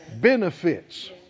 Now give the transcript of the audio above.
Benefits